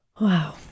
Wow